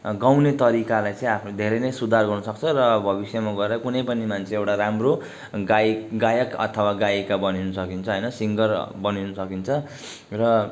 गाउने तरिकालाई चाहिँ आफ्नो धेरै नै सुधार गर्नुसक्छ र अब भविष्यमा गएर कुनै पनि मान्छे एउटा राम्रो गायिका गायक अथवा गायिका बनिन सकिन्छ होइन सिङ्गर बनिन सकिन्छ र